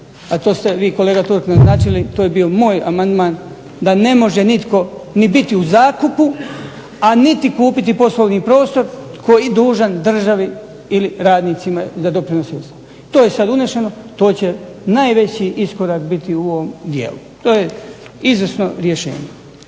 a to ste vi kolega Turk naznačili, to je bio moj amandman, da ne može nitko biti u zakupu a niti kupiti poslovni prostor tko je dužan državi ili radnicima za doprinose. To je sada učinjeno, to će najveći iskorak biti u ovom dijelu, to je izvrsno rješenje.